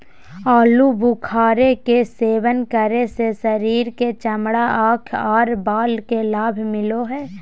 आलू बुखारे के सेवन करे से शरीर के चमड़ा, आंख आर बाल के लाभ मिलो हय